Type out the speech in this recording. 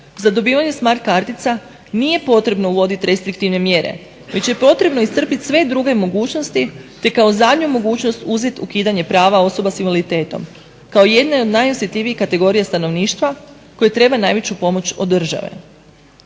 za dobivanje smart kartica nije potrebno uvoditi restriktivne mjere već je potrebno iscrpiti sve druge mogućnosti te kao zadnju mogućnost uzet ukidanje prava osoba s invaliditetom kao jednoj od najosjetljivijih kategorija stanovništva koje treba najveću pomoć od države.